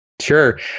Sure